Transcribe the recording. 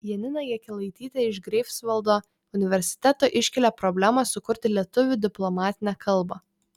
janina jakelaitytė iš greifsvaldo universiteto iškelia problemą sukurti lietuvių diplomatinę kalbą